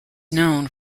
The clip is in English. known